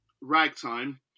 Ragtime